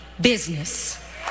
business